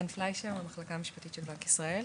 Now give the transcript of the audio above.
אני חן פליישר מהמחלקה המשפטית של בנק ישראל.